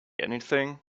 anything